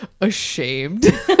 ashamed